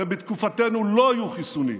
הרי בתקופתנו לא היו חיסונים.